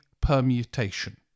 permutation